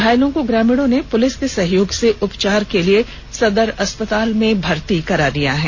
घायलों को ग्रामीणों ने पुलिस के सहयोग से उपचार के लिए सदर अस्पताल में भर्ती कराया है